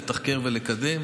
לתחקר ולקדם.